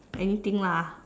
anything lah